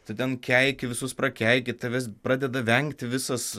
tu ten keiki visus prakeiki tavęs pradeda vengti visas